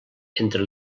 entre